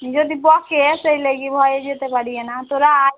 যদি বকে সেই লেগে ভয়ে যেতে পারিয়ে না তোরা আয়